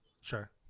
Sure